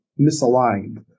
misaligned